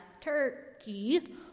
turkey